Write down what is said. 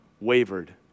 wavered